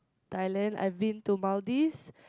Thailand I've been to Maldives